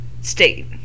state